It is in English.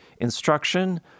instruction